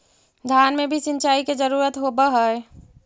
धान मे भी सिंचाई के जरूरत होब्हय?